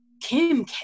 Kim